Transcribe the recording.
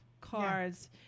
cards